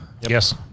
Yes